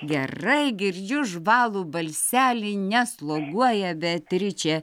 gerai girdžiu žvalų balselį nesloguoja beatričė